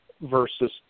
versus